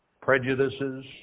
prejudices